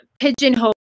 pigeonhole